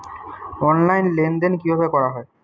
Online লেনদেন কিভাবে করা হয়?